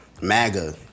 MAGA